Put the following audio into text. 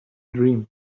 dream